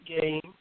game